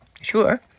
Sure